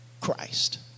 Christ